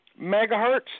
megahertz